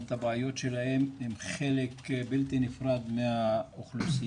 את הבעיות שלהם הם חלק בלתי נפרד מהאוכלוסייה,